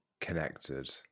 connected